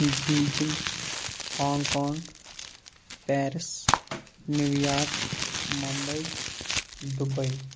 Beijing Hong Kong Paris New York Mumbai Dubai